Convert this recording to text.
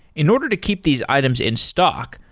in order to keep these items in stock,